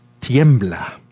tiembla